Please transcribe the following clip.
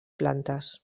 plantes